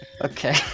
Okay